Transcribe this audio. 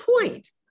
point